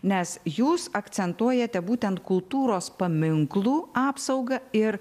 nes jūs akcentuojate būtent kultūros paminklų apsaugą ir